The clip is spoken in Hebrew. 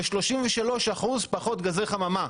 ו-33% פחות גזי חממה.